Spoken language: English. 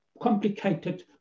complicated